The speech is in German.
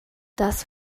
das